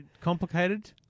complicated